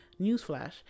Newsflash